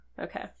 Okay